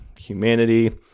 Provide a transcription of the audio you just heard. humanity